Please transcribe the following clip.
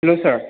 hello sir